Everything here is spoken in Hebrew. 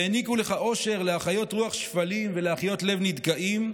והעניקו לך עושר להחיות רוח שפלים ולהחיות לב נדכאים,